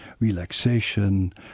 relaxation